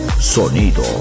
sonido